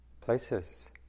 places